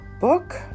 book